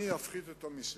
אני אפחית את המסים.